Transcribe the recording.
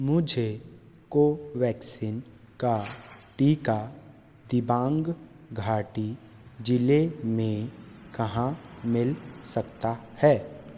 मुझे कोवैक्सीन का टीका दिबांग घाटी ज़िले में कहाँ मिल सकता है